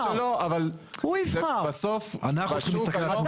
זה שיקול שלו, אבל בסוף --- הוא ייבחר.